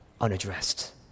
unaddressed